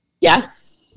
Yes